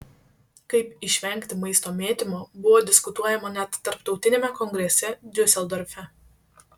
kaip išvengti maisto mėtymo buvo diskutuojama net tarptautiniame kongrese diuseldorfe